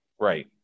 Right